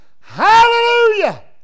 Hallelujah